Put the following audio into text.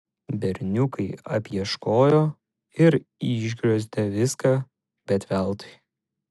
berniukai apieškojo ir išgriozdė viską bet veltui